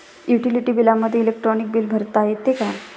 Utility बिलामध्ये electronic bill भरता येते का?